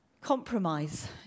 Compromise